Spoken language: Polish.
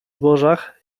zbożach